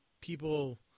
people